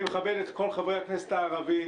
אני מכבד את כל חברי הכנסת הערבים,